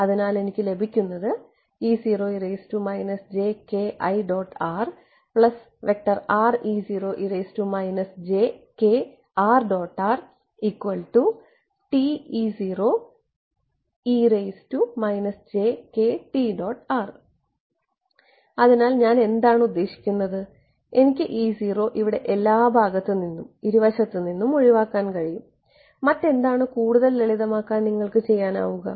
അതിനാൽ എനിക്ക് ലഭിക്കുന്നത് അതിനാൽ ഞാൻ എന്താണ് ഉദ്ദേശിക്കുന്നത് എനിക്ക് ഇവിടെ എല്ലാ ഭാഗത്തുനിന്നും ഇരുവശത്തുനിന്നും ഒഴിവാക്കാൻ കഴിയും മറ്റെന്താണ് കൂടുതൽ ലളിതമാക്കാൻ നിങ്ങൾക്ക് ചെയ്യാനാവുക